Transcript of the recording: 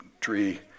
tree